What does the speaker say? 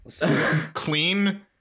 Clean